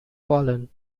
fallen